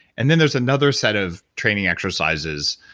and then there's another set of training exercises,